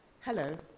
Hello